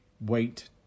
wait